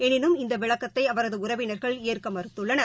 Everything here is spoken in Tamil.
எனினும் இந்தவிளக்கத்தைஅவரதுஉறவினர்கள் ஏற்கமறுத்துள்ளனர்